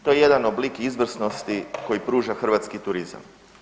To je jedan oblik izvrsnosti koji pruža hrvatski turizam.